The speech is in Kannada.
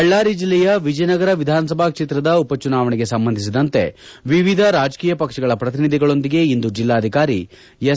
ಬಳ್ಳಾರಿ ಜಿಲ್ಲೆಯ ವಿಜಯನಗರ ವಿಧಾನಸಭಾ ಕ್ಷೇತ್ರದ ಉಪಚುನಾವಣೆಗೆ ಸಂಬಂಧಿಸಿದಂತೆ ವಿವಿಧ ರಾಜಕೀಯ ಪಕ್ಷಗಳ ಪ್ರತಿನಿಧಿಗಳೊಂದಿಗೆ ಇಂದು ಜಿಲ್ಲಾಧಿಕಾರಿ ಎಸ್